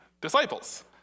disciples